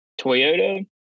Toyota